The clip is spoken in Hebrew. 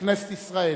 בכנסת ישראל,